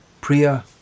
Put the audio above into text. Priya